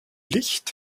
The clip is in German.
licht